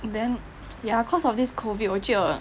then ya cause of this COVID